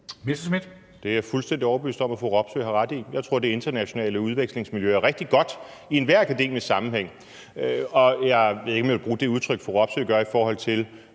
Det er jeg fuldstændig overbevist om fru Robsøe har ret i. Jeg tror, det internationale udvekslingsmiljø er rigtig godt i enhver akademikersammenhæng. Jeg ved ikke, om jeg vil bruge det udtryk, fru Robsøe gør, men det